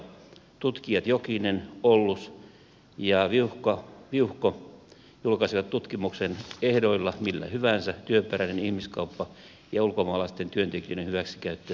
tutkijat jokinen ollus ja viuhko julkaisivat tutkimuksen ehdoilla millä hyvänsä työperäinen ihmiskauppa ja ulkomaalaisten työntekijöiden hyväksikäyttö suomessa